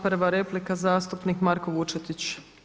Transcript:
Prva replika zastupnik Marko Vučetić.